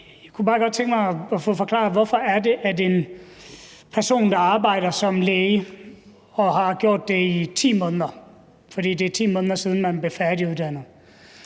der arbejder som læge og har gjort det i 10 måneder – for det er 10 måneder siden, personen blev færdiguddannet